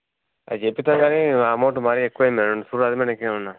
అవి చేపిస్తాం కాని ఇంకా అమౌంట్ మరి ఎక్కువైయ్యింది మేడం చూడండి మేడం ఇంకేమన్నా